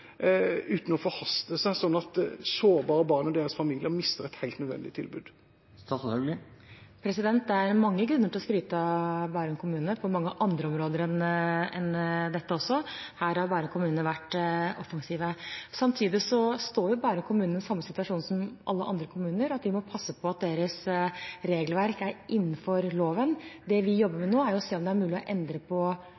uten å forhaste seg slik at sårbare barn og deres familier mister et helt nødvendig tilbud? Det er mange grunner til å skryte av Bærum kommune, på mange andre områder enn dette også. Her har Bærum kommune vært offensive. Samtidig står Bærum kommune i samme situasjon som alle andre kommuner, at de må passe på at deres regelverk er innenfor loven. Det vi jobber